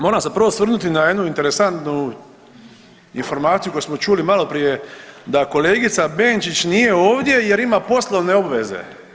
Moram se prvo osvrnuti na jednu interesantnu informaciju koju smo čuli maloprije da kolegica Benčić nije ovdje jer ima poslovne obveze.